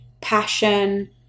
passion